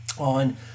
on